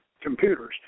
computers